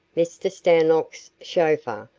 mr. stanlock's chauffeur,